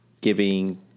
giving